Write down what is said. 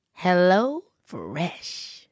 HelloFresh